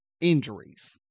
injuries